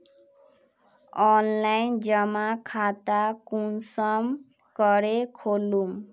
Online जमा खाता कुंसम करे खोलूम?